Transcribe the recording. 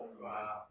Wow